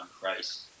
Christ